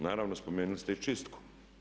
Naravno, spomenuli ste i čistku.